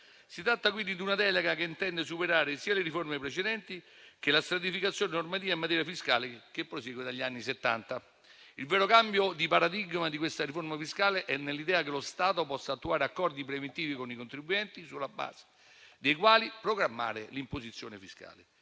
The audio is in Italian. Si tratta quindi di una delega che intende superare sia le riforme precedenti, sia la stratificazione normativa in materia fiscale che prosegue dagli anni Settanta. Il vero cambio di paradigma di questa riforma fiscale è nell'idea che lo Stato possa attuare accordi preventivi con i contribuenti sulla base dei quali programmare l'imposizione fiscale.